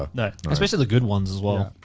ah no. especially the good ones as well.